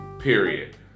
Period